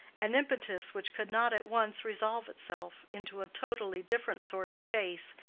an impetus which could not at once resolve itself into a totally different sort of chase,